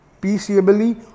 peaceably